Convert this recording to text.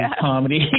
comedy